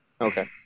Okay